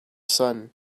sun